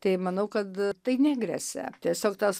tai manau kad tai negresia tiesiog tas